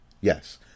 Yes